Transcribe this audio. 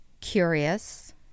curious